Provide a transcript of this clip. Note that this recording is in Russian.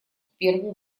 первый